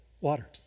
water